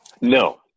No